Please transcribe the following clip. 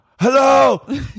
Hello